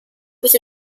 with